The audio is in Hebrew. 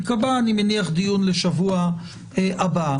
ייקבע דיון לשבוע הבא,